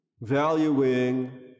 valuing